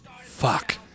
Fuck